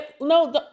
no